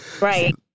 Right